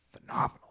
phenomenal